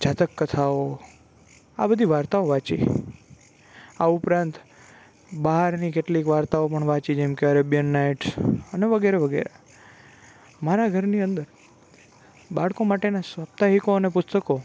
જાતક કથાઓ આ બધી વાર્તાઓ વાંચી આ ઉપરાંત બહારની કેટલીક વાર્તાઓ પણ વાંચી જેમકે અરેબિયન નાઇટ્સ અને વગેરે વગેરે મારા ઘરની અંદર બાળકો માટેનાં સપ્તાહિકો અને પુસ્તકો